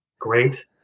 great